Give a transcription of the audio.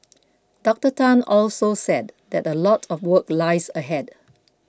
Doctor Tan also said that a lot of work lies ahead